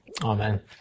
Amen